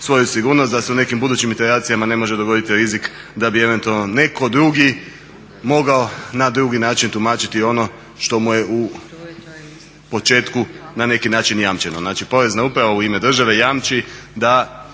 da se u nekim budućim interakcijama ne može dogoditi rizik da bi eventualno netko drugi mogao na drugi način tumačiti ono što mu je u početku na neki način jamčeno. Znači, Porezna uprava u ime države jamči da